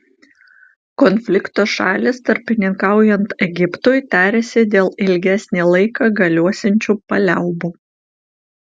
konflikto šalys tarpininkaujant egiptui tariasi dėl ilgesnį laiką galiosiančių paliaubų